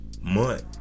month